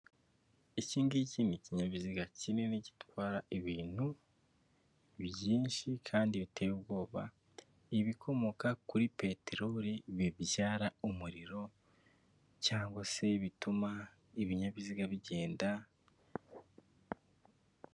Ikingiki ni ikinyabiziga kinini gitwara ibintu byinshi kandi biteye ubwoba ibikomoka kuri peteroli bibyara umuriro cyangwa se bituma ibinyabiziga bigenda.